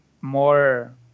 more